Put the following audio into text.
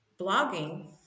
blogging